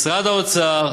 משרד האוצר,